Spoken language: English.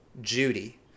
Judy